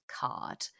card